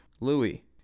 Louis